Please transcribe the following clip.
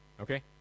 Okay